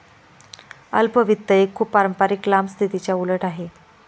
अल्प वित्त एक खूप पारंपारिक लांब स्थितीच्या उलट आहे